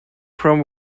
from